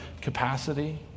capacity